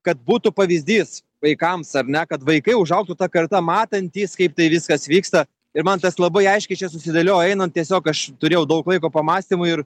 kad būtų pavyzdys vaikams ar ne kad vaikai užaugtų ta karta matantys kaip tai viskas vyksta ir man tas labai aiškiai susidėlioja einant tiesiog aš turėjau daug laiko pamąstymui ir